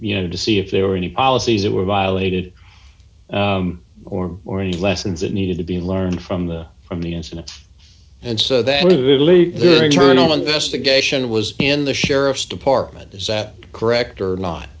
you know to see if there were any policies that were violated or or any lessons that needed to be learned from the from the incident and so that we believe their internal investigation was in the sheriff's department is that correct or not